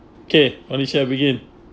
kay on itself again